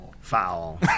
Foul